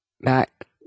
back